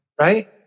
right